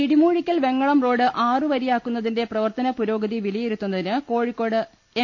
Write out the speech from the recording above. Edimoozhikkal Vengalam road ആറു വരിയാക്കുന്നതിന്റെ പ്രവർത്തന പുരോഗതി വിലയിരുത്തുന്നതിന് കോഴിക്കോട്ട് എം